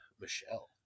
Michelle